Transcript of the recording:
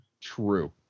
True